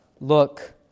look